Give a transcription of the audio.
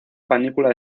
panícula